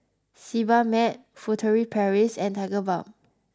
Sebamed Furtere Paris and Tigerbalm